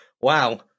Wow